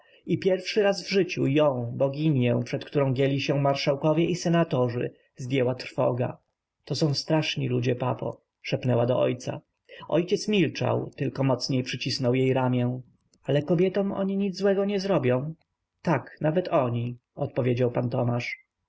i pierwszy raz w życiu ją boginię przed którą gięli się marszałkowie i senatorzy zdjęła trwoga to są straszni ludzie papo szepnęła do ojca ojciec milczał tylko mocniej przycisnął jej ramię ale kobietom oni nic złego nie zrobią tak nawet oni odpowiedział pan tomasz